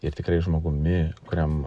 ir tikrai žmogumi kuriam